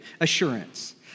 assurance